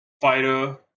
fighter